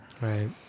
right